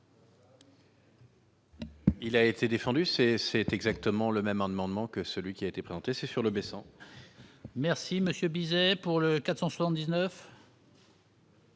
Il a été défendue, c'est, c'est exactement le même rendement de manque, celui qui a été présenté, c'est sur le blessant. Merci, Monsieur Bizet pour le 479.